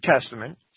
Testament